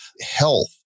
health